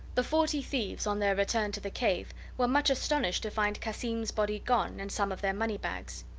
the forty thieves, on their return to the cave, were much astonished to find cassim's body gone and some of their money-bags.